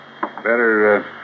Better